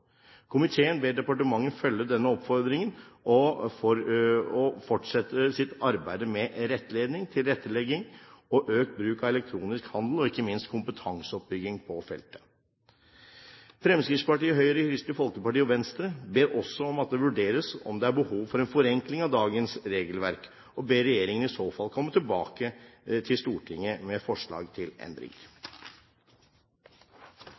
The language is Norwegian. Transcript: Komiteen ber departementet følge denne oppfordringen og fortsette sitt arbeid med rettledning, tilrettelegging og økt bruk av elektronisk handel, og ikke minst kompetanseoppbygging på feltet. Fremskrittspartiet, Høyre, Kristelig Folkeparti og Venstre ber også om at det vurderes om det er behov for en forenkling av dagens regelverk, og ber regjeringen i så fall komme tilbake til Stortinget med forslag til